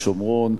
בשומרון,